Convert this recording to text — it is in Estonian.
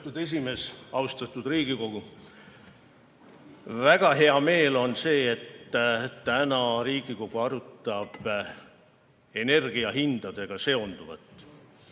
aseesimees! Austatud Riigikogu! Väga hea meel on selle üle, et täna Riigikogu arutab energia hindadega seonduvat.